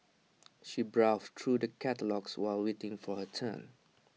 she browsed through the catalogues while waiting for her turn